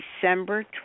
December